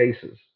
cases